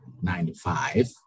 nine-to-five